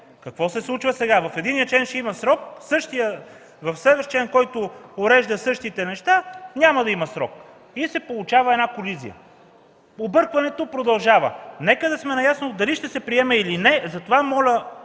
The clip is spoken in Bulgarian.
Какво се случва сега? В единия член ще има срок, а в следващия член, който урежда същите неща, няма да има срок. И се получава една колизия. Объркването продължава. Нека да сме наясно дали ще се приеме или не. Затова моля,